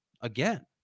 again